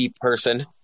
person